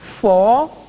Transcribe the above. Four